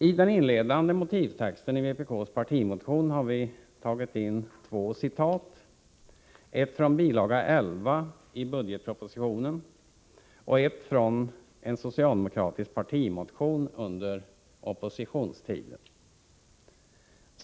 I den inledande motivtexten i vpk:s partimotion har vi tagit in två citat, ett från bilaga 11 i budgetpropositionen och ett från en socialdemokratisk partimotion under oppositionstiden.